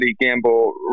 gamble